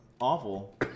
awful